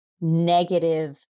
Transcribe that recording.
negative